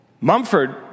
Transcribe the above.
Mumford